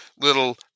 little